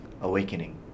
awakening